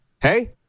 Hey